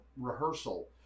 rehearsal